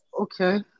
okay